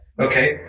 Okay